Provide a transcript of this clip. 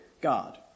God